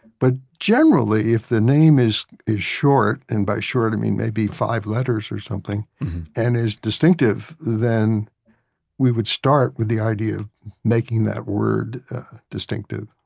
but generally if the name is is short, and by short i mean maybe five letters or something and is distinctive, then we would start with the idea of making that word distinctive